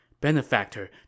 Benefactor